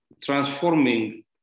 Transforming